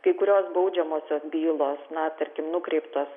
kai kurios baudžiamosios bylos na tarkim nukreiptos